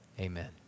amen